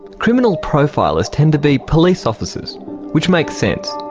criminal profilers tend to be police officers which makes sense,